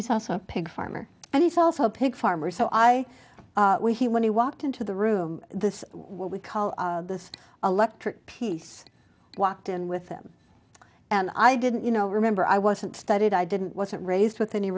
he's also a pig farmer and he's also a pig farmer so i we he when he walked into the room this what we call this electorate piece walked in with them and i didn't you know remember i wasn't studied i didn't wasn't raised with any